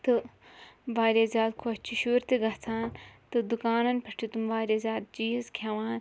تہٕ واریاہ زیادٕ خۄش چھِ شُرۍ تہِ گژھان تہٕ دُکانَن پٮ۪ٹھ چھِ تِم واریاہ زیادٕ چیٖز کھیٚوان